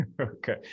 okay